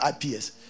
IPS